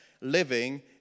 living